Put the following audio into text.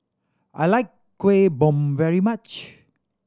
I like Kueh Bom very much